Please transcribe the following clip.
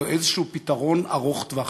לאיזשהו פתרון ארוך טווח.